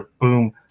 Boom